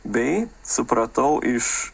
bei supratau iš